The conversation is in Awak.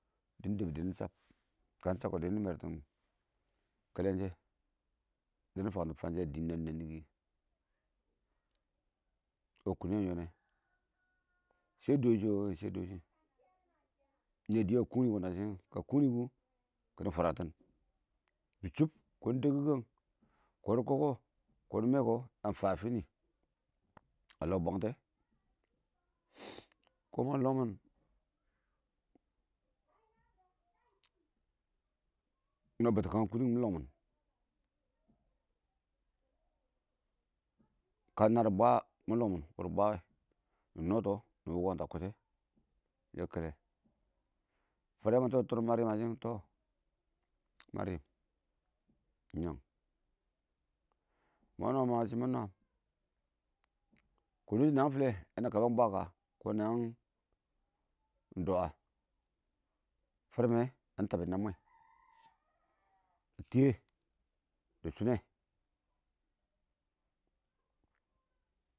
dɪn dɛbbi dini chamb kanni chamb dini kɛlen shɛ dinɔ fwaratin nɪ nɔn nɪ a dɪ wɪɪn. wɔ kʊn yan yɔnɔ shɛ dɔshi yɔ wɪɪn shɛ dɔshi niyɛ dɪ a kunni yɔ kashɪ kunni kʊ nɪ fwaratini dɪ shʊm kɔn n dɛkki kang kad kɔkɔ, kɔdimɛkɔ bɛn fayɛ a fini, a lɔ bwatɔ kə iɪng mɪn ingna bətən kang kʊnʊ kʊ m iɪng mɪn kə na dɪ bwa wɛ mɪ brag mɪn nɪ wʊkantɔ a kwɔshɛ yɛ kɛlɛ fare ma tɔr tɔrim ma rimma shɪn iɪng ma rɪm nɪ yang ma nwam ma yɪ iɪng ma nwam kɔn dɔshi na yang filɛ yana kabang bwa kə kɪma ingdɔwa farmɛ yani tabba nammwɛ a tiyɛ shɪ shinɛ.